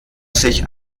sich